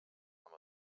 amb